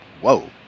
whoa